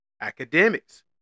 academics